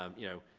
um you know,